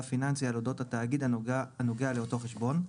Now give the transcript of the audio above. פיננסי על אודות התאגיד הנוגע לאותו חשבון.